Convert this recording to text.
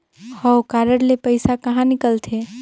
हव कारड ले पइसा कहा निकलथे?